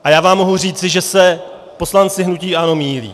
A já vám mohu říci, že se poslanci hnutí ANO mýlí.